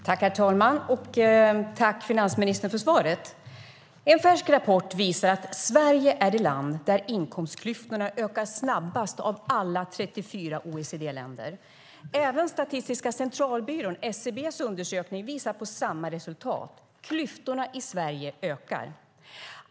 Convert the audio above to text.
Herr talman! Tack, finansministern, för svaret! En färsk rapport visar att Sverige är det land där inkomstklyftorna ökar snabbast av alla 34 OECD-länder. Även en undersökning från Statistiska centralbyrån, SCB, visar på samma resultat: Klyftorna i Sverige ökar.